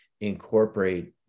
incorporate